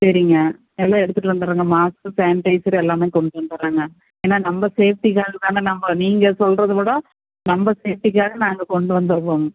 சரிங்க எல்லாம் எடுத்துகிட்டு வந்துடுறங்க மாஸ்க்கு சானிடைசரு எல்லாமே கொண்டு வந்துருங்க ஏன்னா நம்ம சேஃப்டிக்காக தானே நம்ப நீங்கள் சொல்லுறது கூட நம்ப சேஃப்டிக்காக நாங்கள் கொண்டு வந்துடுறங்க